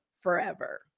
forever